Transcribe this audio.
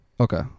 Okay